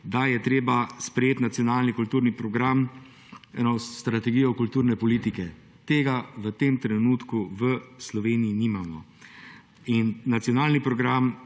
da je treba sprejeti nacionalni kulturni program, strategijo kulturne politike. Tega v tem trenutku v Sloveniji nimamo. Nacionalni program